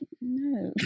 no